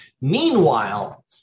Meanwhile